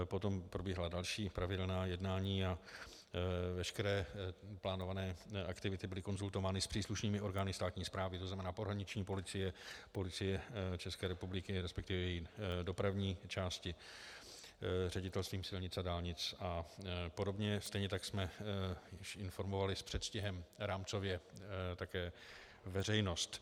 Potom probíhala další pravidelná jednání a veškeré plánované aktivity byly konzultovány s příslušnými orgány státní správy, to znamená pohraniční policie, Policie ČR, resp. její dopravní části, Ředitelstvím silnic a dálnic apod., stejně tak jsme informovali s předstihem rámcově také veřejnost.